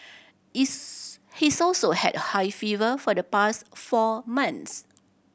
is he's also had a high fever for the past four months